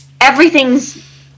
everything's